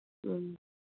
ꯎꯝ